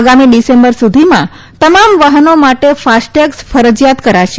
આગામી ડિસેમ્બર સુધીમાં તમામ વાહનો માટે ફાસ્ટેગ ફરજીયાત કરાશે